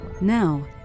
Now